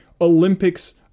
Olympics